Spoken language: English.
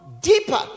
deeper